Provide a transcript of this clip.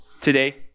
today